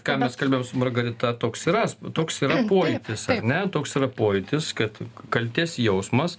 ką mes kalbėjom su margarita toks yra toks yra pojūtis ar ne toks yra pojūtis kad kaltės jausmas